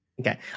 Okay